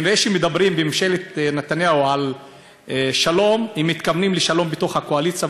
כנראה שכשמדברים בממשלת נתניהו על שלום מתכוונים לשלום בתוך הקואליציה,